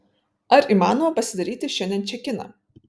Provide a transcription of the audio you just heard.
ar įmanoma pasidaryti šiandien čekiną